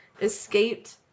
escaped